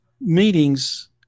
meetings